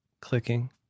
Clicking